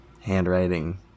handwriting